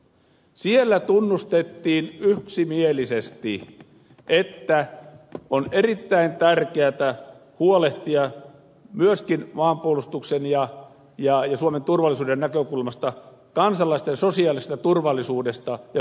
siellä tunnustettiin yksimielisesti että on erittäin tärkeätä huolehtia myöskin maanpuolustuksen ja suomen turvallisuuden näkökulmasta kansalaisten sosiaalisesta turvallisuudesta ja hyvinvoinnista